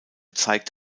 zeigt